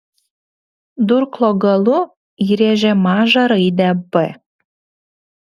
durklo galu įrėžė mažą raidę b